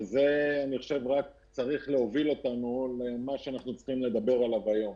וזה רק צריך להוביל אותנו למה שאנחנו צריכים לדבר עליו היום.